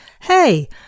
Hey